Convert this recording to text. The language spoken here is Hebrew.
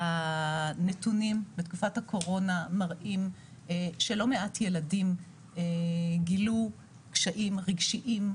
הנתונים בתקופת הקורונה מראים שלא מעט ילדים גילו קשיים רגשיים,